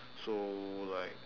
so like